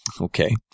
Okay